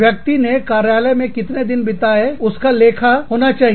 व्यक्ति ने कार्यालय में कितने दिन बिताए हैं उसका लेखा हिसाब होना चाहिए